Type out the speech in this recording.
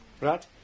right